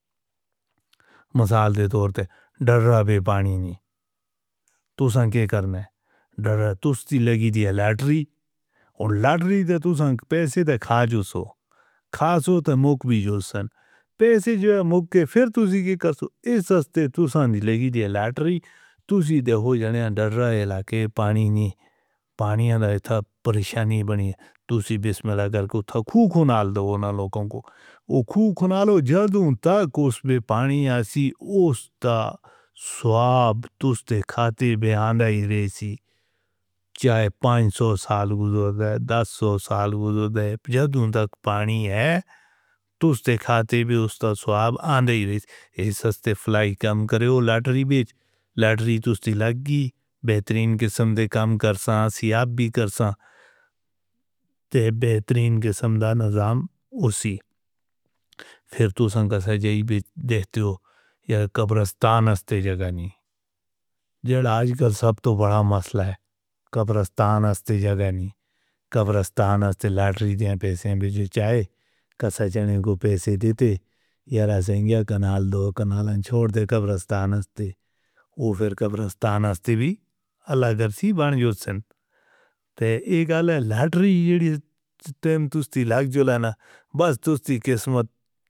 مثال دے تو ارتے در را بے پانی نہیں تو سنکے کرنے در را تستی لگی دی الاتری اور لاتری دی تو سنک پیسے دکھا جو سو خاصو تموک بی جو سن پیسے جو اموک کے فر تستی کے قصو ایسستے تستی لگی دی الاتری تستی دے ہو یعنے اندر را علاقے پانی نہیں پانی آنہ ایتا پرشانی بنی تو سی بیس میں لگر کو تھا کھو کھونال دا وہ نہ لوگوں کو کھو کھونال و جا دونتا کھو اس بے پانی آسی اوستا سواب تستیخاتے بہانا ایرے سی چاہے پانسو سالگو دوگہ دوگہ دا سو سالگو دوگہ دے پجا دونتاک پانی ہے تستیخاتے بھی اوستا سواب آنا ایرے سی ایسستے فلائی کم کرے ہو لاتری تستی لگی بیترین کے سمدے کم کرسا سی آپ بی کرسا تی بیترین کے سمدان آزام اسی پھر تو سنکسا جی بھی دہتیو یا قبرستانستے جگانی جد آج کل سب تو بڑھا مسل ہے قبرستانستے جگانی قبرستانستے لاتری دیا پیسیں بجی چاہے قبرستانے گو پیسے دیتے یا رازیں گیا کنال دو کنالیں چھوڑ دے قبرستانستے او پھر قبرستانستے بھی اللہ درسی بان یوتسن دے اگالا لاتری دیتے دیتے ہیں تستی لگ جولانا بس تستی کس مد